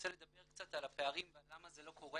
לדבר קצת על הפערים ועל למה זה לא קורה.